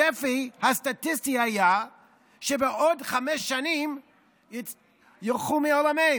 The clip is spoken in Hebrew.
כאשר הצפי הסטטיסטי היה שבעוד חמש שנים ילכו מהעולם.